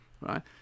right